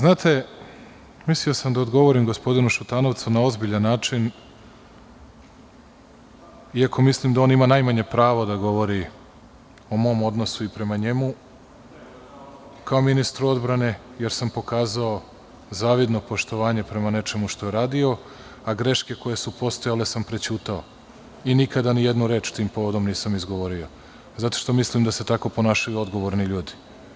Znate, mislio sam da odgovorim gospodinu Šutanovcu na ozbiljan način, iako mislim da on ima najmanje pravo da govori o mom odnosu i prema njemu, kao ministru odbrane, jer sam pokazao zavidno poštovanje prema nečemu što je radio, a greške koje su postojale sam prećutao i nikada ni jednu reč tim povodom nisam izgovorio, zato što mislim da se tako ponašaju odgovorni ljudi.